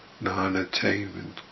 non-attainment